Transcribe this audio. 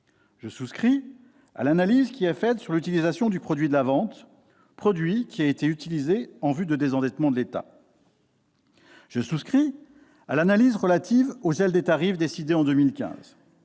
Je souscris à l'analyse qui est faite sur l'utilisation du produit de la vente, produit qui a été utilisé en vue du désendettement de l'État. Je souscris à l'analyse relative au gel des tarifs décidé en 2015.